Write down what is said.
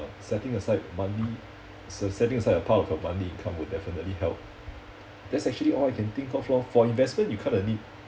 setting aside money so setting aside a part of your monthly income will definitely help that's actually all I can think of lor for investment you kind of need